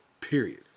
Period